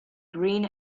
green